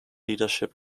leadership